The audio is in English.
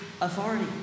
authority